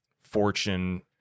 fortune